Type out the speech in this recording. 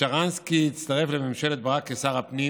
שרנסקי הצטרף לממשלת ברק כשר הפנים